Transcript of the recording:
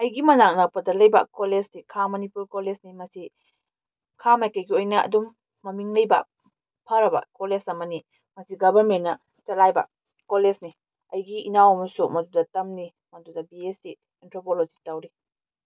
ꯑꯩꯒꯤ ꯃꯅꯥꯛ ꯅꯛꯄꯗ ꯂꯩꯕ ꯀꯣꯂꯦꯖꯁꯤ ꯈꯥ ꯃꯅꯤꯄꯨꯔ ꯀꯣꯂꯦꯖꯅꯤ ꯃꯁꯤ ꯈꯥ ꯃꯥꯏꯀꯩꯒꯤ ꯑꯣꯏꯅ ꯑꯗꯨꯝ ꯃꯃꯤꯡ ꯂꯩꯕ ꯐꯔꯕ ꯀꯣꯂꯦꯖ ꯑꯃꯅꯤ ꯃꯁꯤ ꯒꯕꯔꯃꯦꯟꯅ ꯆꯂꯥꯏꯕ ꯀꯣꯂꯦꯖꯅꯤ ꯑꯩꯒꯤ ꯏꯅꯥꯎ ꯑꯃꯁꯨ ꯃꯗꯨꯗ ꯇꯝꯏ ꯃꯗꯨꯗ ꯕꯤ ꯑꯦꯁ ꯁꯤ ꯑꯦꯟꯊ꯭ꯔꯣꯄꯣꯂꯣꯖꯤ ꯇꯧꯔꯤ